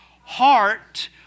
heart